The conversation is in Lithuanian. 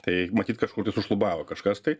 tai matyt kažkur tai sušlubavo kažkas tai